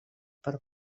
per